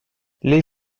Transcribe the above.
les